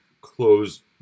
close